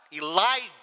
Elijah